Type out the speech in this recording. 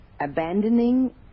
Abandoning